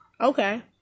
okay